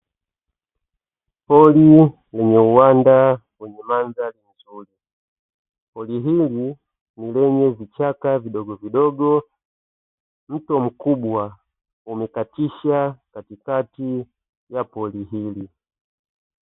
Pori lenye uwanda wenye mandhari nzuri. Pori hili ni lenye vichaka vidogovidogo, mto mkubwa umekatisha katikati ya pori hili.